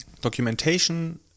documentation